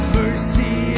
mercy